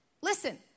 listen